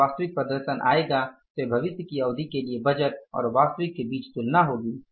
जब वास्तविक प्रदर्शन आएगा तो यह भविष्य की अवधि के लिए बजट और वास्तविक के बीच तुलना होगी